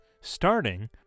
starting